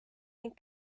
ning